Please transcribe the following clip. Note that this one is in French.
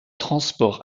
transport